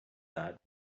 that